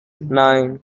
nine